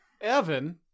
evan